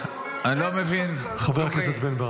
ודדי הוא המפקד של לוחמי המוסד.